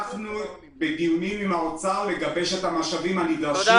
אנחנו בדיונים עם האוצר לגבש את המשאבים הנדרשים.